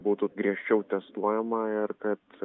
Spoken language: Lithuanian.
būtų griežčiau testuojama ir kad